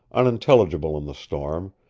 unintelligible in the storm,